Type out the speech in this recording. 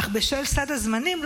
אך בשל סד הזמנים,